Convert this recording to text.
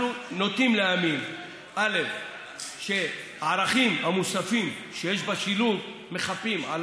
אנחנו נוטים להאמין שהערכים המוספים שיש בשילוב מחפים על